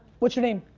what's your name?